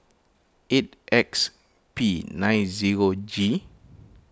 eight X P nine zero G